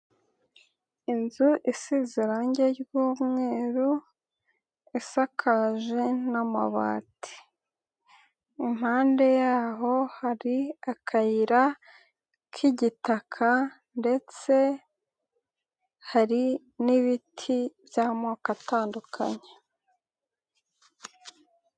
Inzu isize irangi ry'umweru, isakaje n'amabati, impande yaho hari akayira k'igitaka ndetse hari n'ibiti by'amoko atandukanye.